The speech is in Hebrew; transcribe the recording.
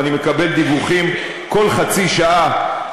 ואני מקבל דיווחים כל חצי שעה,